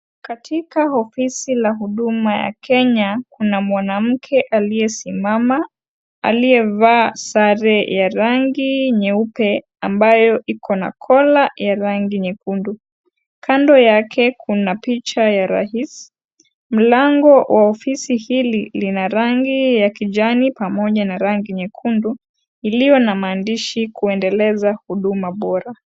Katika ofisi la huduma ya Kenya kuna mwanamke aliyesimama; aliyevaa sare ya rangi nyeupe ambayo iko na kola ya rangi nyekundu. Kando yake kuna picha ya rais. Mlango wa ofisi hili lina rangi ya kijani pamoja na rangi nyekundu iliyo na maandishi 'Kuendeleza huduma bora'.